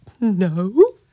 no